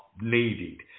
needed